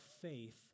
faith